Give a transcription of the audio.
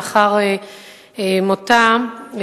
לאחר מותה,